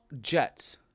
Jets